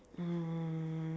um